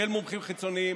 של מומחים חיצוניים,